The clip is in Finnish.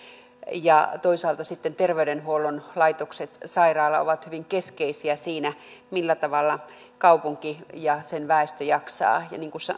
ja toisaalta sitten terveydenhuollon laitokset sairaala ovat hyvin keskeisiä siinä millä tavalla kaupunki ja sen väestö jaksaa ja niin kuin